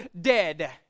dead